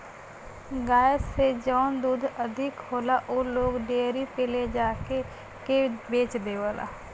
गाय से जौन दूध अधिक होला उ लोग डेयरी पे ले जाके के बेच देवला